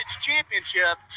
Championship